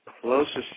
closest